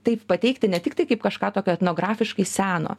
taip pateikti ne tik tai kaip kažką tokio etnografiškai seno